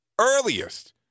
earliest